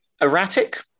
erratic